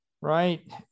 right